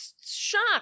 shocked